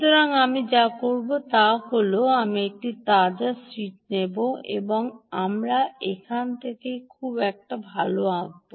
সুতরাং আমি যা করব তা হল আমি একটি নতুন শীট নেব এবং আমরা এখান থেকে খুব ভাল আঁকব